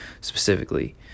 specifically